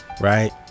right